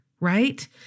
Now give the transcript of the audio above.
right